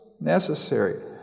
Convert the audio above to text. necessary